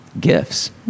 gifts